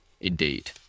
Indeed